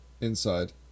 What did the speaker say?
Inside